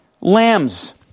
Lambs